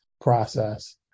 process